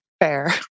Fair